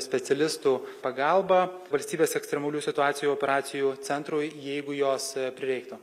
specialistų pagalbą valstybės ekstremalių situacijų operacijų centrui jeigu jos prireiktų